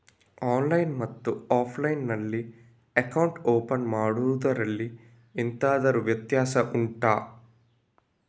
online ಮತ್ತು offline ನಲ್ಲಿ account open ಮಾಡುವುದರಲ್ಲಿ ಎಂತಾದರು ವ್ಯತ್ಯಾಸ ಉಂಟಾ